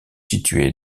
situé